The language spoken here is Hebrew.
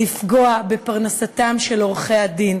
לפגוע בפרנסתם של עורכי-הדין.